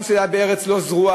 גם כשזה היה בארץ לא זרועה,